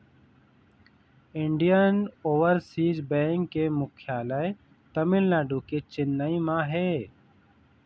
Indian Overseas Bank के मुख्यालय तमिलनाडु के चेन्नई म हे